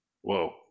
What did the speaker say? Whoa